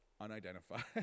unidentified